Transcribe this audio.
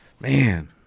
Man